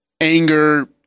anger